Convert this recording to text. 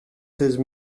seize